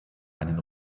einen